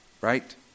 Right